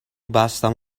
بستم